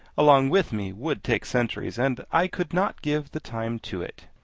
along with me, would take centuries, and i could not give the time to it.